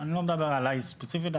אני לא מדבר עליי ספציפית.